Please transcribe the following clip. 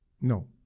No